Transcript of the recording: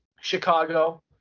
Chicago